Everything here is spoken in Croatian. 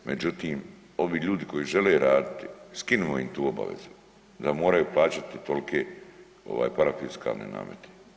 Međutim ovi ljudi koji žele raditi skinimo im tu obavezu da moraju plaćati tolike ovaj parafiskalne namete.